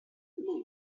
immer